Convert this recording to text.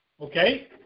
okay